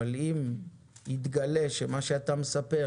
אבל אם יתגלה שמה שאתה מספר